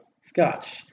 scotch